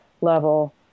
level